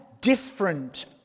different